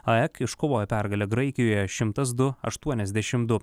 aek iškovojo pergalę graikijoje šimtas du aštuoniasdešimt du